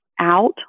out